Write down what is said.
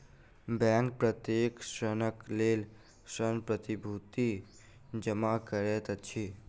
bank प्रत्येक ऋणक लेल ऋण प्रतिभूति जमा करैत अछि